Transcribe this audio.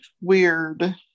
weird